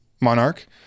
monarch